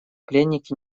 пленники